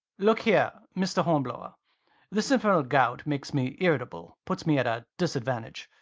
look here, mr. hornblower this infernal gout makes me irritable puts me at a disadvantage.